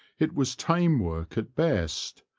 it was tame work at best,